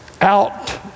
out